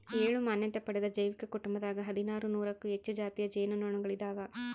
ಏಳು ಮಾನ್ಯತೆ ಪಡೆದ ಜೈವಿಕ ಕುಟುಂಬದಾಗ ಹದಿನಾರು ನೂರಕ್ಕೂ ಹೆಚ್ಚು ಜಾತಿಯ ಜೇನು ನೊಣಗಳಿದಾವ